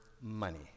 money